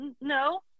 No